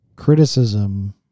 criticism